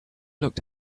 looked